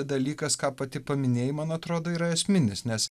dalykas ką pati paminėjai man atrodo yra esminis nes